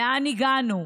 לאן הגענו?